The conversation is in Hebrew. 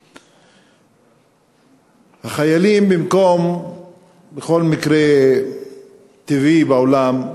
החיילים, במקום בכל מקרה טבעי בעולם,